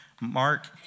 Mark